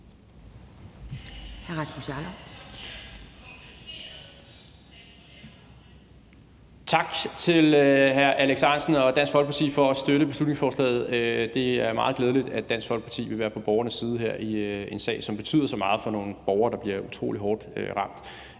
Tak til hr. Alex Ahrendtsen og Dansk Folkeparti for at støtte beslutningsforslaget. Det er meget glædeligt, at Dansk Folkeparti vil være på borgernes side i en sag, som betyder så meget for nogle borgere, der bliver utrolig hårdt ramt.